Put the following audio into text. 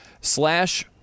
slash